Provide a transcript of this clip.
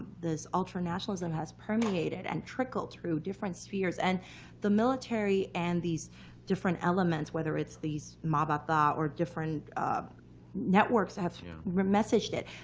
this ultra nationalism, has permeated and trickled through different spheres. and the military and these different elements, whether it's these ma ba tha or different networks, have re-messaged it.